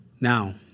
Now